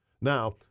Now